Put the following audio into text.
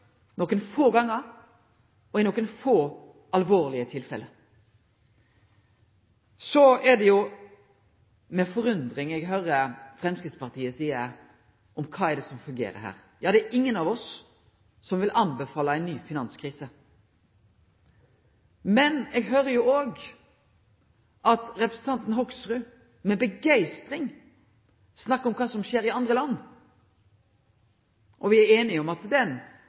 få gonger og i nokre få, alvorlege tilfelle. Så er det med forundring eg hører kva Framstegspartiet seier om kva som fungerer her. Ja, det er ingen av oss som vil anbefale ei ny finanskrise. Men eg hører jo òg at representanten Hoksrud med begeistring snakkar om kva som skjer i andre land. Me er einige om at den